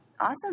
awesome